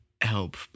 help